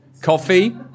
Coffee